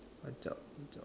I thought you talk